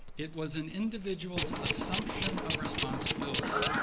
it was an individual's assumption of responsibility.